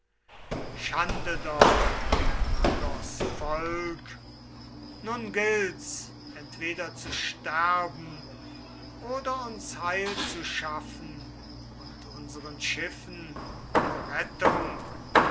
schande doch argos volk nun gilt's entweder zu sterben oder uns heil zu schaffen und unseren schiffen errettung